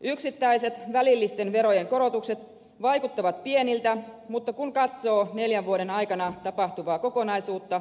yksittäiset välillisten verojen korotukset vaikuttavat pieniltä mutta kun katsoo neljän vuoden aikana tapahtuvaa kokonaisuutta